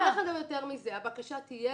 אני אגיד לכם גם יותר מזה, הבקשה תהיה